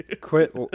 Quit